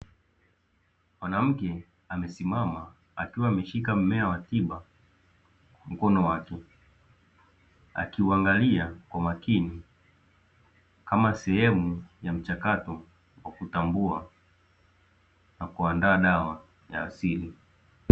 Mwanamke amesimama akiwa ameshika mmea wa tiba mkono wake akiuangalia kwa makini, kama sehemu ya mchakato wa kutambua na kuandaa dawa ya asili.